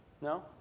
No